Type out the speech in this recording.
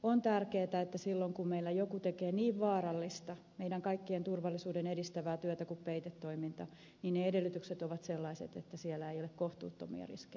on tärkeätä että silloin kun meillä joku tekee niin vaarallista meidän kaikkien turvallisuutta edistävää työtä kuin peitetoiminta ne edellytykset ovat sellaiset että siellä ei ole kohtuuttomia riskejä